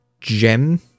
gem